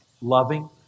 loving